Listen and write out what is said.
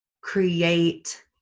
create